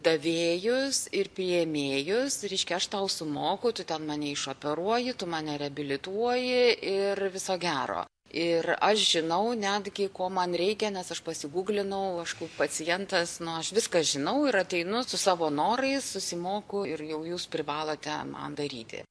davėjus ir priėmėjus reiškia aš tau sumoku tu ten mane iš operuoji tu mane reabilituoji ir viso gero ir aš žinau netgi ko man reikia nes aš pasigūglinau aišku pacientas nu aš viską žinau ir ateinu su savo norais susimoku ir jau jūs privalote man daryti